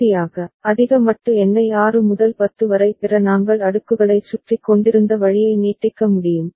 இறுதியாக அதிக மட்டு எண்ணை 6 முதல் 10 வரை பெற நாங்கள் அடுக்குகளை சுற்றிக் கொண்டிருந்த வழியை நீட்டிக்க முடியும்